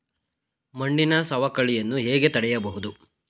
ಮಣ್ಣಿನ ಸವಕಳಿಯನ್ನು ಹೇಗೆ ತಡೆಯಬಹುದು?